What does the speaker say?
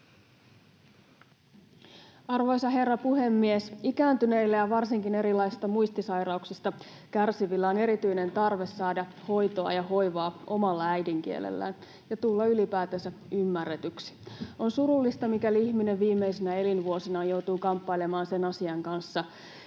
Arvoisa herra puhemies! Ikääntyneillä ja varsinkin erilaisista muistisairauksista kärsivillä on erityinen tarve saada hoitoa ja hoivaa omalla äidinkielellään ja tulla ylipäätänsä ymmärretyksi. On surullista, mikäli ihminen viimeisinä elinvuosinaan joutuu kamppailemaan sen asian kanssa,